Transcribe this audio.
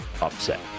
upset